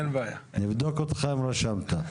אני אגיד כך: